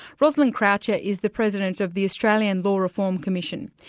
rosalind croucher is the president of the australian law reform commission,